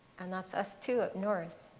and that's us, too, up north,